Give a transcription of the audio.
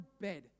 bed